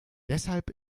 deshalb